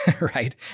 right